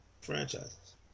franchises